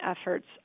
efforts